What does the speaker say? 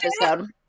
episode